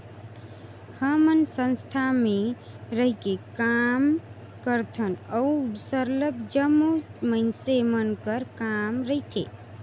हमन संस्था में रहिके काम करथन उहाँ सरलग जम्मो मइनसे मन कर काम रहथे